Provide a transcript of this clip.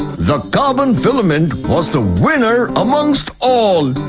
the carbon filament was the winner amongst all.